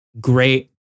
great